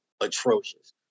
atrocious